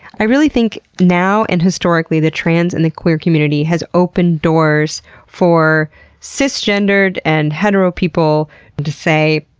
i really think, now and historically, the trans and the queer community has opened doors for cis-gendered and hetero people to say,